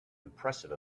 impressive